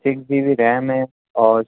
six G B RAM ہے اور